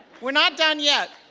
we're not done yet.